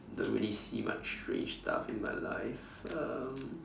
don't really see much strange stuff in my life um